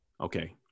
Okay